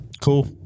Cool